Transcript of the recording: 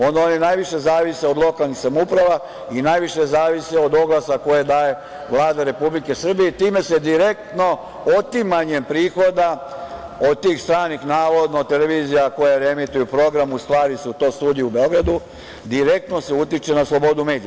Onda oni najviše zavise od lokalnih samouprava i najviše zavise od oglasa koje daje Vlada Republike Srbije i time se direktno otimanjem prihoda od tih stranih navodno televizija, koje reemituju program, u stvari su to studiji u Beogradu, direktno se utiče na slobodu medija.